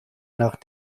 nach